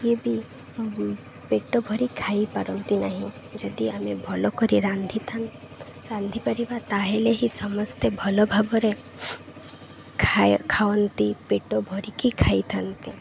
କିଏ ବି ପେଟ ଭରି ଖାଇ ପାରନ୍ତି ନାହିଁ ଯଦି ଆମେ ଭଲ କରି ରାନ୍ଧିଥା ରାନ୍ଧିପାରିବା ତାହେଲେ ହିଁ ସମସ୍ତେ ଭଲ ଭାବରେ ଖାଆନ୍ତି ପେଟ ଭରିକି ଖାଇଥାନ୍ତି